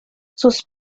sus